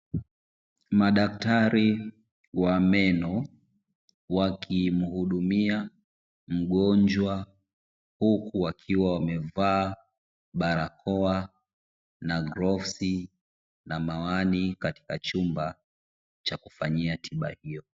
Madaktari wa meno wakimuhudumia mgonjwa, huku wakiwa wamevaa barakoa na glavu, na miwani katika chumba cha kufanyia tiba hiyo.